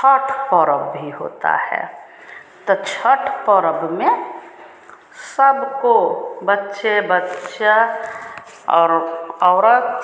छठ परब भी होता है तो छठ परब में सबको बच्चे बच्चा और औरत